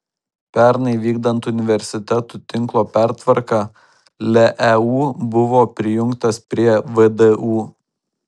pernai vykdant universitetų tinklo pertvarką leu buvo prijungtas prie vdu